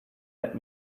let